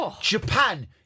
Japan